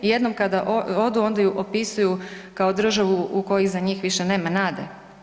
Jednom kada odu onda je opisuju kao državu u kojoj za njih više nema nade.